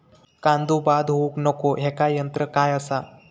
कांदो बाद होऊक नको ह्याका तंत्र काय असा?